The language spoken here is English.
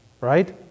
Right